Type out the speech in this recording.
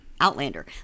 Outlander